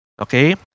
Okay